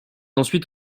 ensuite